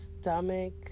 stomach